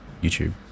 YouTube